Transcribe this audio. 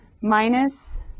Minus